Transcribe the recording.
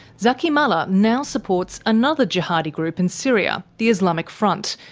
zaky mallah now supports another jihadi group in syria, the islamic front,